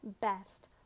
best